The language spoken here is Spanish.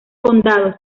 condados